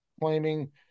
claiming